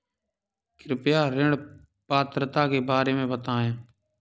कृपया ऋण पात्रता के बारे में बताएँ?